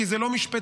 כי זה לא משפטנים.